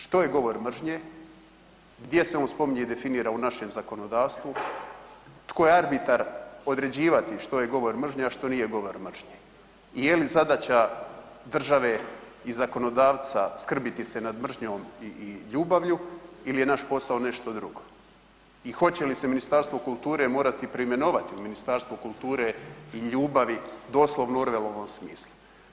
Što je govor mržnje, gdje se on spominje i definira u našem zakonodavstvu, tko je arbitar određivati što je govor mržnje, a što nije govor mržnje i je li zadaća države i zakonodavca skrbiti se nad mržnjom i ljubavlju ili je naš posao nešto drugo i hoće li se Ministarstvo kulture morati preimenovati u Ministarstvo kulture i ljubavi doslovno u Orvelovom smislu?